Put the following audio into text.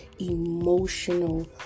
emotional